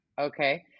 okay